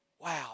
Wow